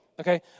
okay